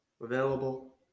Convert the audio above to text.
available